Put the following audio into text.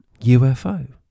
ufo